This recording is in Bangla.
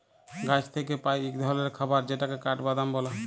গাহাচ থ্যাইকে পাই ইক ধরলের খাবার যেটকে কাঠবাদাম ব্যলে